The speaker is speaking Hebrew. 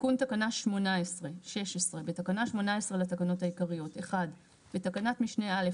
תיקון תקנה 18. 16. בתקנה 18 לתקנות העיקריות - בתקנת משנה (א),